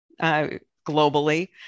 globally